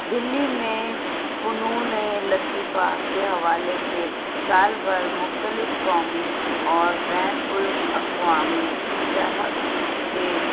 دلی میں فنون لطیفہ کے حوالے سے سال بھر مختلف قومی اور بین الاقوامی صحت کے